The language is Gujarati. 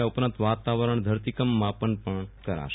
આ ઉપરાંત વાતાવરણ ધરતીકંપ માપન પણ કરાશે